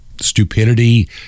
stupidity